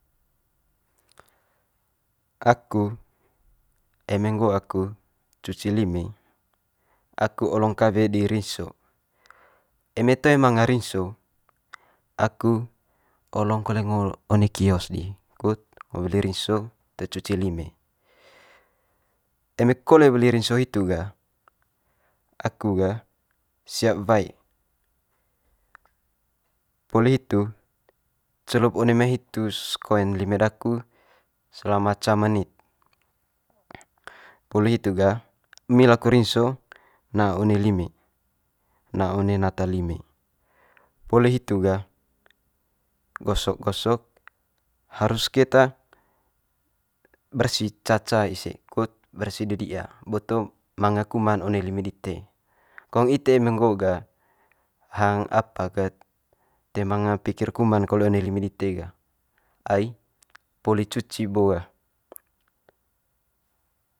aku eme nggo aku cuci lime aku olong kawe di rinso, eme toe manga rinso aku olong kole ngo one kios di kut ngo weli rinso te cuci lime. Eme kole weli rinso hitu ga, aku gah siap wae. Poli hitu celup one mai hitu sekoen lime daku selama ca menit, poli hitu ga emi laku rinso na one lime, na one nata lime. Poli hitu ga gosok gosok harus keta bersi ca ca ise kut bersi de di'a boto manga kuman one lime. Kong ite eme nggo ga hang apa ket toe ma pikir kuman kole one lime dite ga ai poli cuci bo ga.